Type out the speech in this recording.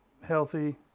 healthy